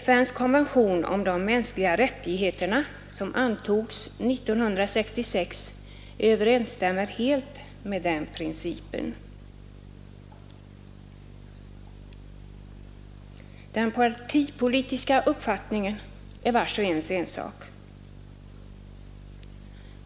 FN:s konvention om de mänskliga rättigheterna, vilken antogs år 1966, överensstämmer helt med den principen. Den partipolitiska uppfattningen är vars och ens ensak.